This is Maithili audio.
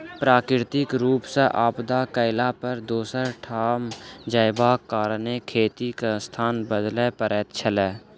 प्राकृतिक रूप सॅ आपदा अयला पर दोसर ठाम जायबाक कारणेँ खेतीक स्थान बदलय पड़ैत छलै